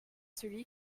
celui